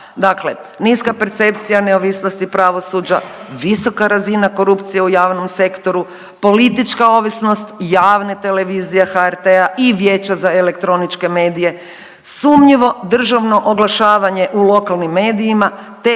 Dakle niska percepcija neovisnosti pravosuđa, visoka razina korupcije u javnom sektoru, politička ovisnost javne televizije HRT-a i Vijeća za elektroničke medije, sumnjivo državno oglašavanje u lokalnih medijima te